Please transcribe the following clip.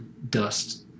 Dust